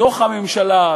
בתוך הממשלה,